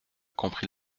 compris